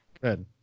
Good